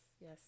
Yes